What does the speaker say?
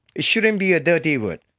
it shouldn't be a dirty word.